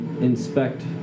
inspect